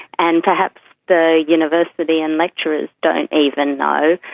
and perhaps the university and lecturers don't even know.